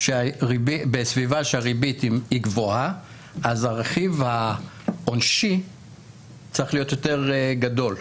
שבסביבה שהריבית היא גבוהה הרכיב העונשי צריך להיות יותר גדול,